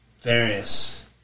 Various